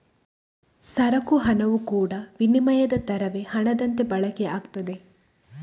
ಸರಕು ಹಣವು ಕೂಡಾ ವಿನಿಮಯದ ತರವೇ ಹಣದಂತೆ ಬಳಕೆ ಆಗ್ತದೆ